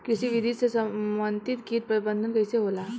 कृषि विधि से समन्वित कीट प्रबंधन कइसे होला?